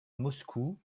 moscou